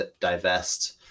divest